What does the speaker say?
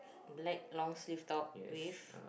black long sleeve top with